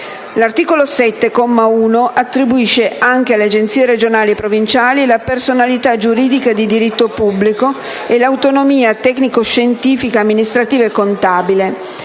L'articolo 7, comma 1, attribuisce anche alle Agenzie regionali e provinciali la personalità giuridica di diritto pubblico e l'autonomia tecnico-scientifica, amministrativa e contabile.